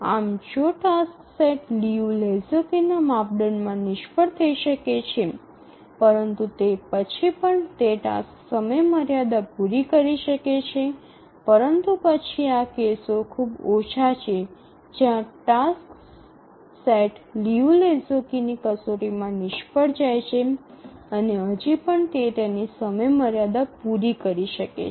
આમ તો જો ટાસક્સ સેટ લિયુ લેહોક્સ્કીના માપદંડમાં નિષ્ફળ થઈ શકે છે પરંતુ તે પછી પણ તે તે ટાસ્ક સમયમર્યાદા પૂરી કરી શકે છે પરંતુ પછી આ કેસો ખૂબ ઓછા છે જ્યાં ટાસક્સ સેટ લિયુ લેહોક્સ્કીની કસોટીમાં નિષ્ફળ જાય છે અને હજી પણ તે તેની સમયમર્યાદા પૂરી કરે છે